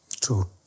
True